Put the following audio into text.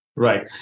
Right